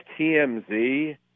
TMZ